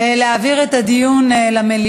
על ההצעה להעביר את הדיון למליאה.